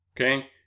okay